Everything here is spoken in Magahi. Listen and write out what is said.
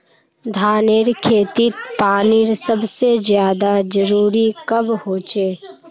धानेर खेतीत पानीर सबसे ज्यादा जरुरी कब होचे?